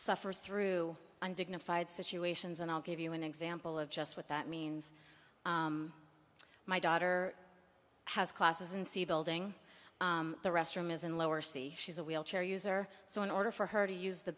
suffer through undignified situations and i'll give you an example of just what that means my daughter has classes in c building the restroom is in lower city she's a wheelchair user so in order for her to use the